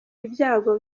ibyago